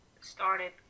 started